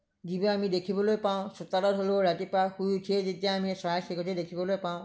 যিবোৰ আমি দেখিবলৈ পাওঁ চোতালত হ'লেও ৰাতিপুৱা শুই উঠিয়েই যেতিয়া আমি চৰাই চিৰিকটি দেখিবলৈ পাওঁ